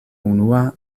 unua